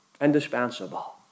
Indispensable